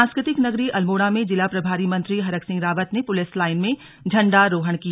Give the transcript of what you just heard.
सांस्कृतिक नगरी अल्मोड़ा में जिला प्रभारी मंत्री हरक सिंह रावत ने पुलिस लाईन में झण्डारोहण किया